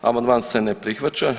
Amandman se ne prihvaća.